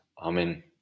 Amen